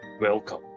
Welcome